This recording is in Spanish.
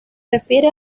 refiere